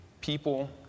people